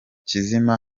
kizima